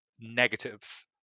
negatives